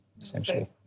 essentially